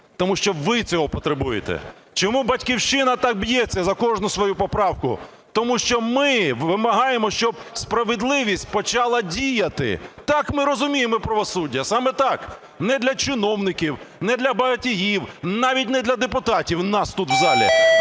Тому що ви цього потребуєте. Чому "Батьківщина" так б'ється за кожну свою поправку? Тому що ми вимагаємо, щоб справедливість почала діяти. Так ми розуміємо правосуддя, саме так: не для чиновників, не для багатіїв, навіть не для депутатів, нас тут в залі,